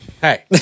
hey